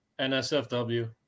NSFW